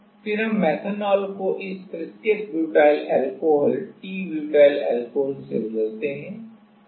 फिर हम मेथनॉल को इस तृतीयक butyl alcohol T butyl alcohol से बदलते हैं